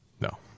No